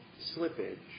slippage